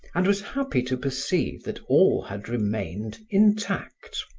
and was happy to perceive that all had remained intact.